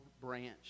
branch